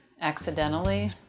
accidentally